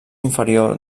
inferior